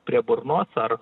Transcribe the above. prie burnos ar